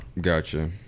Gotcha